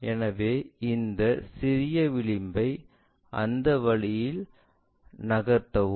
எனவே இந்த சிறிய விளிம்பை அந்த வழியில் நகர்த்தவும்